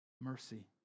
mercy